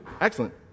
Excellent